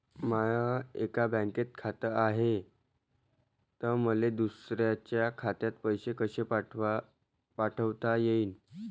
माय एका बँकेत खात हाय, त मले दुसऱ्या खात्यात पैसे कसे पाठवता येईन?